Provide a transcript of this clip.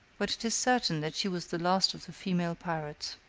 but it is certain that she was the last of the female pirates.